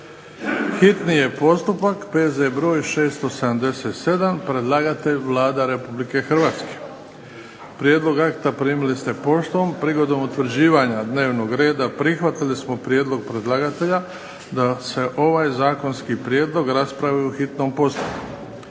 čitanje, P.Z.E. br. 677 Predlagatelj je Vlada Republike Hrvatske. Prijedlog akta primili ste poštom. Prigodom utvrđivanja dnevnog reda prihvatili smo prijedlog predlagatelja da se ovaj zakonski prijedlog raspravi u hitnom postupku.